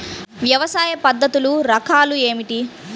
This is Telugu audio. వ్యవసాయ పద్ధతులు రకాలు ఏమిటి?